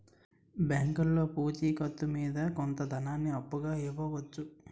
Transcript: బ్యాంకులో పూచి కత్తు మీద కొంత ధనాన్ని అప్పుగా ఇవ్వవచ్చు